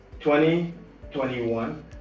2021